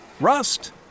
Rust